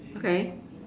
okay